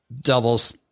doubles